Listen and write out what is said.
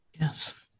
Yes